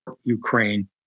Ukraine